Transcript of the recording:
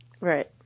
Right